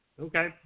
okay